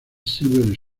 silver